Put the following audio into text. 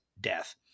death